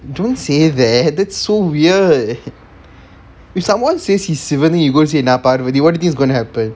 don't say that that's so weird if someone says he's sivan னு:nu you go and say நா:na parvathi what do you think is going to happen